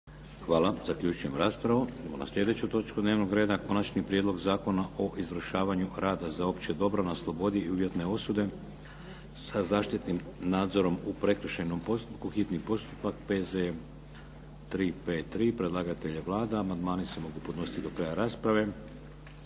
Vladimir (HDZ)** Idemo na sljedeću točku dnevnog reda - Konačni prijedlog Zakona o izvršavanju rada za opće dobro na slobodi i uvjetne osude sa zaštitnim nadzorom u prekršajnom postupku, hitni postupak, prvo i drugo čitanje, P.Z.E. br. 353 Predlagatelj je Vlada. Amandmani se mogu podnositi do kraja rasprave